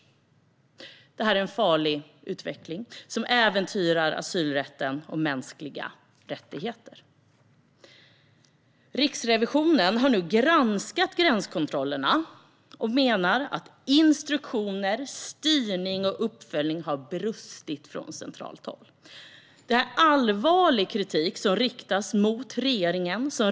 Det är en farlig utveckling som äventyrar asylrätten och mänskliga rättigheter. Riksrevisionen har nu granskat gränskontrollerna och menar att instruktioner, styrning och uppföljning har brustit från centralt håll. Allvarlig kritik riktas mot regeringen.